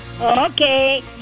Okay